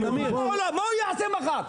מה הוא יעשה מחר?